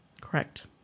Correct